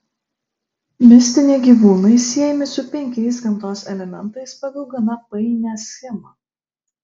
mistiniai gyvūnai siejami su penkiais gamtos elementais pagal gana painią schemą